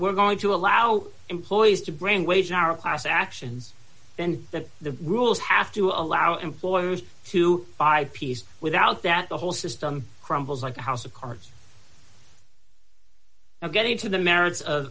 we're going to allow employees to bring wage and hour class actions then that the rules have to allow employers to five piece without that the whole system crumbles like a house of cards and getting to the merits of